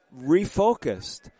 refocused